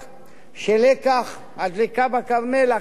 יהיה לקח שיעמוד לנגד עיני כולנו.